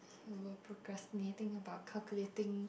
you were procrastinating about calculating